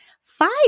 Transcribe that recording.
Five